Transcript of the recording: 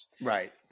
Right